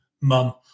mum